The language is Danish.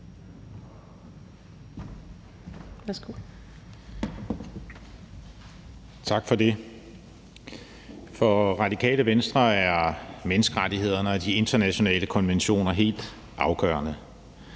Tak for det. For Radikale Venstre er menneskerettighederne og de internationale konventioner helt afgørende.